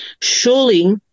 surely